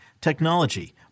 technology